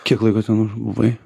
kiek laiko ten buvai